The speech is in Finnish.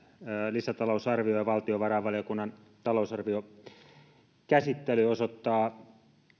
lisätalousarvio ja valtiovarainvaliokunnan talousarviokäsittely osoittavat